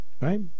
right